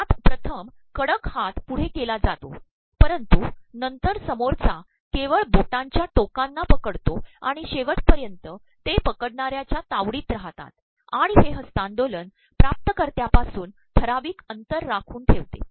यात िर्म कडक हात पुढे के ला जातो परंतुनंतर समोरचा के वळ बोिांच्या िोकांना पकडतो आणण शेविपयांत ते पकडणार्याच्या तावडीत राहतात आणण हे हस्त्तांदोलन िाटतकत्यायपासून ठराप्रवक अंतर राखनू ठेवते